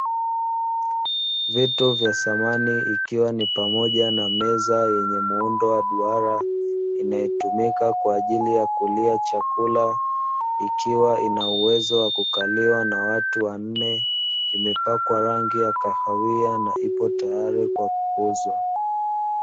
Vitu vya samani ikiwa ni pamoja na meza yenye muundo wa duara, inayotumika kwa ajili ya kulia chakula ikiwa ina uwezo kwa kukaliwa na watu wanne, imepakwa rangi ya kahawia na ipo tayari kuuzwa.